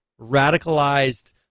radicalized